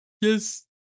Yes